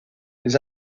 des